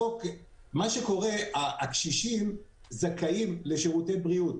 הקשישים זכאים לשירותי בריאות.